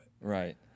Right